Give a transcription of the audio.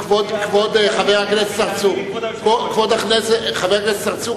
תאמין לי, כבוד היושב-ראש, משפט אחרון.